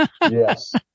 Yes